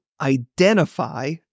Identify